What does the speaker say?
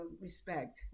respect